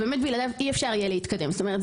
שבלעדיו באמת לא יהיה אפשר להתקדם זאת אומרת,